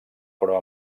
però